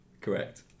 Correct